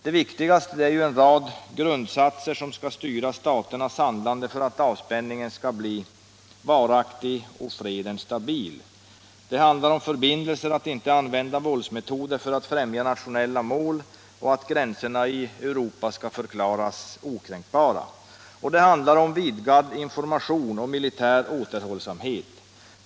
Det viktigaste är en rad grundsatser som skall styra staternas handlande för att avspänningen skall bli varaktig och freden stabil. Det rör sig om förbindelser att inte använda våldsmetoder för att främja nationella mål och att gränserna i Europa skall anses okränkbara. Det handlar om vidgad information och militär återhållsamhet.